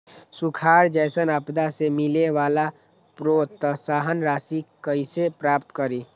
सुखार जैसन आपदा से मिले वाला प्रोत्साहन राशि कईसे प्राप्त करी?